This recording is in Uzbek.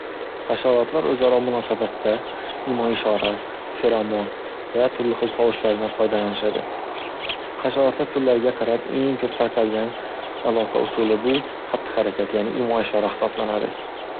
Hasharotlar o'zaro munosabatda imo-ishora, feramon va turli xil tovushlardan foydalanishadi. Hasharotlar turlariga qarab eng ko'p tarqalgan aloqa usuli, bu xatti-harakat, yaʼni imo-ashora hisoblanadi.